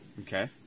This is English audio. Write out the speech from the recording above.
Okay